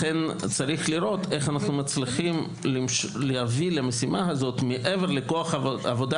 לכן יש לראות איך אנו מצליחים להביא למשימה הזו מעבר לכוח עבודה